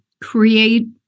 Create